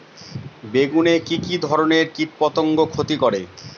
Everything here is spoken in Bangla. বেগুনে কি কী ধরনের কীটপতঙ্গ ক্ষতি করে?